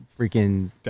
freaking